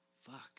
Fuck